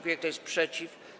Kto jest przeciw?